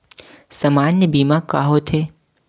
सामान्य बीमा का होथे?